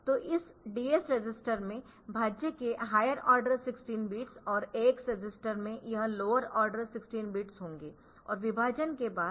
तो इस DX register में भाज्य के हायर आर्डर 16 बिट्स और AX रजिस्टर में यह लोअर आर्डर 16 बिट्स होंगे और विभाजन के बाद इस DX रजिस्टर में शेष होगा